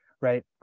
right